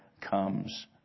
comes